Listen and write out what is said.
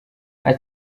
nta